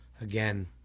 again